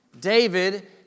David